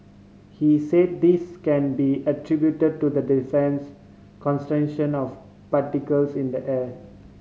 he said this can be attribute to the dense concentration of particles in the air